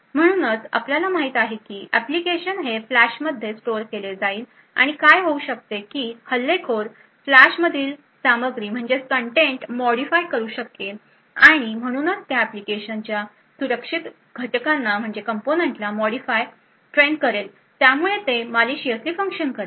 म्हणूनच आपल्याला माहित आहे की एप्लीकेशन हे फ्लॅशमध्ये स्टोअर केले जाईल आणि काय होऊ शकते की हल्लेखोर फ्लॅशमधील सामग्री मॉडीफाय करू शकेल आणि म्हणूनच त्या एप्लीकेशनच्या सुरक्षित घटकांना मॉडीफाय ट्रेन करेल त्यामुळे ते मालिशयसली फंक्शन करेल